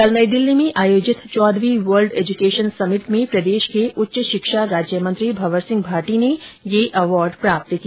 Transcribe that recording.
कल नई दिल्ली में आयोजित चौदहवीं वर्ल्ड एजूकेशन समिट में प्रदेश के उच्च शिक्षा राज्यमंत्री भंवर सिंह भाटी ने यह अवार्ड प्राप्त किया